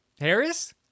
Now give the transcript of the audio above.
Harris